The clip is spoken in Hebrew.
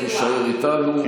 תישאר איתנו.